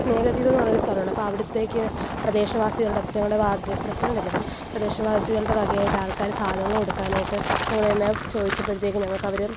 സ്നേഹതീരോന്ന് പറയുന്നൊരു സ്ഥലമുണ്ട് അപ്പോൾ അവിടത്തേക്ക് പ്രദേശവാസികളുടെ ഞങ്ങളുടെ വാർഡ് പ്രസിഡൻറ്റല്ലേ അപ്പം പ്രദേശവാസികളുടെ വകയായിട്ട് ആൾക്കാർ സാധനങ്ങൾ കൊടുക്കാനായിട്ട് ഞങ്ങളെന്നാ ചോദിച്ചപ്പോഴത്തേക്കും ഞങ്ങൾക്ക് അവർ